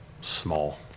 small